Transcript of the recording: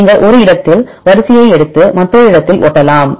நீங்கள் ஒரு இடத்தில் வரிசையை எடுத்து மற்றொரு இடத்தில் வரிசைகளை ஒட்டலாம்